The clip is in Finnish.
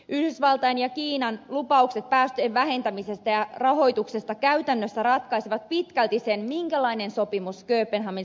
yhdysvaltain ja kiinan lupaukset päästöjen vähentämisestä ja rahoituksesta käytännössä ratkaisevat pitkälti sen minkälainen sopimus kööpenhaminassa saadaan aikaan